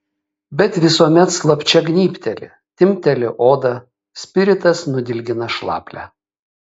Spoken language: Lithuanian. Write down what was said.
bet visuomet slapčia gnybteli timpteli odą spiritas nudilgina šlaplę